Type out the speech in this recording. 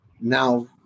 Now